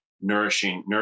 nourishing